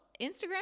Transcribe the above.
Instagram